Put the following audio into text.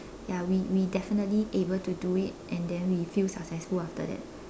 ya we we definitely able to do it and then we feel successful after that